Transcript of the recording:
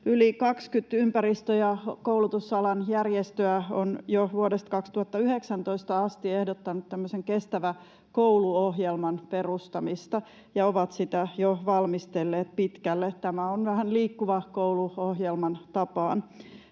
Yli 20 ympäristö‑ ja koulutusalan järjestöä on jo vuodesta 2019 asti ehdottanut Kestävä koulu -ohjelman perustamista, ja ne ovat sitä jo valmistelleet pitkälle — tämä on vähän Liikkuva koulu ‑ohjelman tapaan.